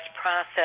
process